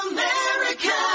America